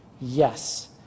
Yes